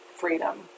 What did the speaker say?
freedom